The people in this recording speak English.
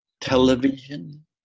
television